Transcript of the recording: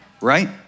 right